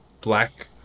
black